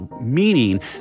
Meaning